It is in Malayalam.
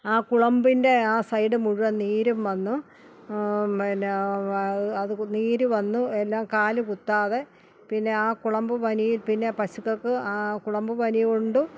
ആ കുളമ്പിൻ്റെ ആ സൈഡ് മുഴുവൻ നീരും വന്ന് പിന്നെ അത് നീര് വന്ന് എല്ലാം കാല് കുത്താതെ പിന്നെ ആ കുളമ്പ് പനി പിന്നെ പശുക്കൾക്ക് ആ കുളമ്പ് പനി കൊണ്ടും